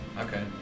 Okay